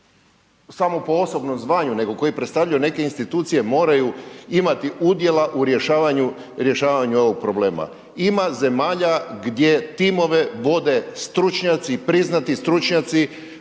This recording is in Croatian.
samo po osobnom zvanju nego koji predstavljaju neke institucije moraju imati udjela u rješavanju, rješavanju ovog problema. Ima zemalja gdje timove vode stručnjaci i priznati stručnjaci,